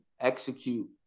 execute